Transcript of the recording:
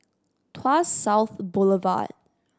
Tuas South Boulevard